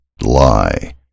lie